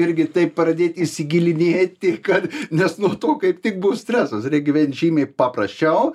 irgi taip pradėt įsigilinėti kad nes nuo to kaip tik bus stresas reik gyvent žymiai paprasčiau